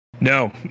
no